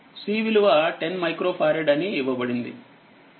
C విలువ ten micro farad అని ఇవ్వబడింది